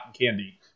candy